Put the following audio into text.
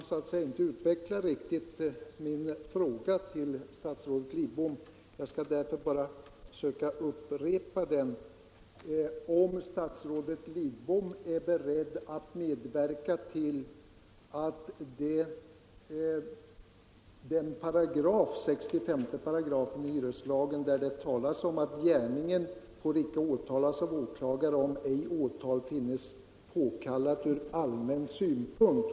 Jag hann inte riktigt utveckla min fråga till statsrådet Lidbom, och jag skall därför nu bara upprepa den: Är statsrådet Lidbom beredd att medverka till att avskaffa stadgandet i 65 § hyreslagen om att gärningen icke får åtalas av åklagare, om ej åtal finnes påkallat ur allmän synpunkt?